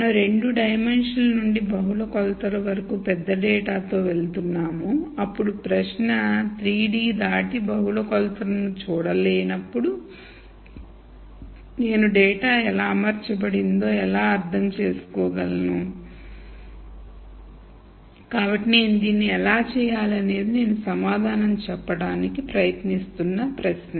మనం రెండు డైమెన్షన్ల నుండి బహుళ కొలతలు వరకు పెద్ద డేటాతో వెళ్తున్నాము అప్పుడు ప్రశ్న 3 D దాటి బహుళ కొలతలను చూడ లేనప్పుడు నేను డేటా ఎలా అమర్చబడి ఉందో ఎలా అర్థం చేసుకోగలను కాబట్టి నేను దీన్ని ఎలా చేయాలి అనేది నేను సమాధానం చెప్పడానికి ప్రయత్నిస్తున్న ప్రశ్న